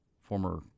Former